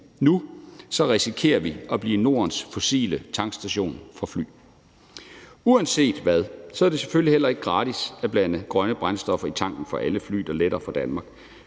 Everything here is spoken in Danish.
nu, risikerer vi at blive Nordens fossile tankstation for fly. Uanset hvad er det selvfølgelig heller ikke gratis at blande grønne brændstoffer i tanken for alle fly, der letter fra Danmark.